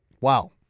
Wow